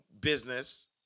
business